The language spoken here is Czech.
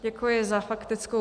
Děkuji za faktickou.